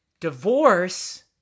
Divorce